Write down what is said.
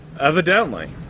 Evidently